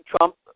Trump